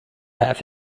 have